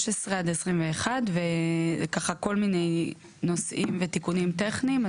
עד 21. כל מיני נושאים ותיקונים טכניים.